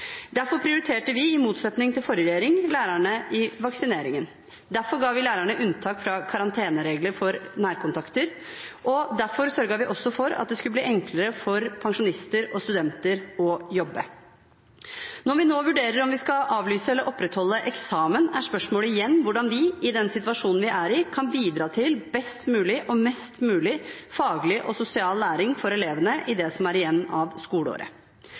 Derfor prioriterte vi, i motsetning til forrige regjering, lærerne i vaksineringen. Derfor ga vi lærerne unntak fra karanteneregler for nærkontakter, og derfor sørget vi også for at det skulle bli enklere for pensjonister og studenter å jobbe. Når vi nå vurderer om vi skal avlyse eller opprettholde eksamen, er spørsmålet igjen hvordan vi i den situasjonen vi er i, kan bidra til best mulig og mest mulig faglig og sosial læring for elevene i det som er igjen av skoleåret.